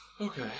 Okay